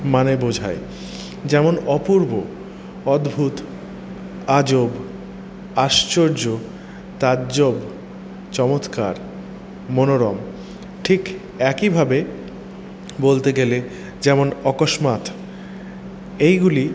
মানে বোঝায় যেমন অপূর্ব অদ্ভুত আজব আশ্চর্য তাজ্জব চমৎকার মনোরম ঠিক একইভাবে বলতে গেলে যেমন অকস্মাৎ এইগুলি